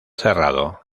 cerrado